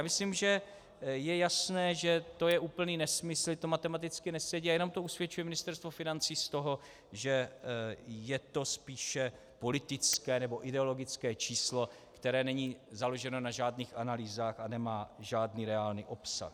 Myslím si, že je jasné, že to je úplný nesmysl, že to matematicky nesedí a jenom to usvědčuje Ministerstvo financí z toho, že je to spíše politické nebo ideologické číslo, které není založeno na žádných analýzách a nemá žádný reálný obsah.